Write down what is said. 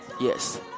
Yes